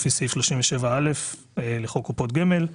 לפי סעיף 37(א) לחוק קופות גמל.